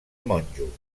monjo